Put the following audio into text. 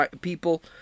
people